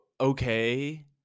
okay